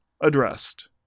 addressed